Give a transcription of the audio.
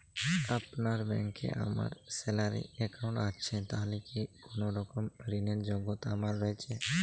আপনার ব্যাংকে আমার স্যালারি অ্যাকাউন্ট আছে তাহলে কি কোনরকম ঋণ র যোগ্যতা আমার রয়েছে?